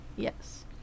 Yes